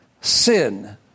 sin